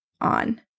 on